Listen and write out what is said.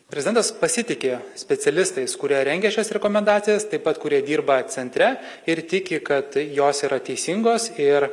prezidentas pasitiki specialistais kurie rengia šias rekomendacijas taip pat kurie dirba centre ir tiki kad jos yra teisingos ir